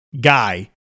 guy